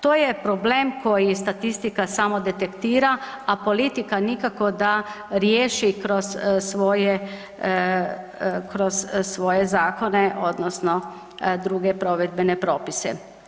To je problem koji statistika samo detektira, a politika nikako da riješi kroz svoje, kroz svoje zakone odnosno druge provedbene propise.